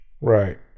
Right